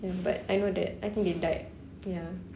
ya but I know that I think they died ya